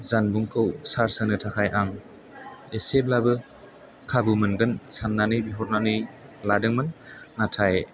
जानबुंखौ सार्स होनो थाखाय आं एसेब्लाबो खाबु मोनगोन साननानै बिहरनानै लादोंमोन नाथाय